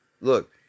look